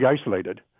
isolated